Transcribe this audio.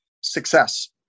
success